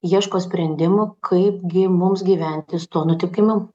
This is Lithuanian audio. ieško sprendimų kaip gi mums gyventi su tuo nutikimu